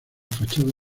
fachada